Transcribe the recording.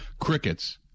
Crickets